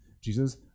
Jesus